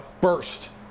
burst